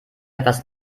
etwas